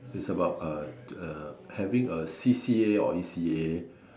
it's about uh having a C_C_A or E_C_A